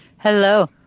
Hello